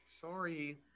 Sorry